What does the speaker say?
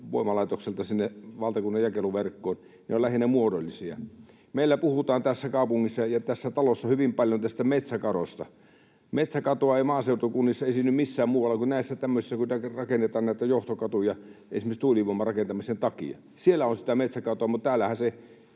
voimalaitokselta sinne valtakunnan jakeluverkkoon, korvaukset ovat lähinnä muodollisia. Meillä puhutaan tässä kaupungissa ja tässä talossa hyvin paljon tästä metsäkadosta. Metsäkatoa ei maaseutukunnissa esiinny missään muualla kuin näissä tämmöisissä, joissa rakennetaan näitä johtokatuja esimerkiksi tuulivoiman rakentamisen takia. Siellä on sitä metsäkatoa, mutta täällähän se